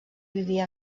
vivia